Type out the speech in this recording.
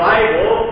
Bible